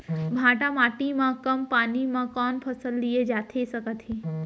भांठा माटी मा कम पानी मा कौन फसल लिए जाथे सकत हे?